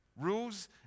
Rules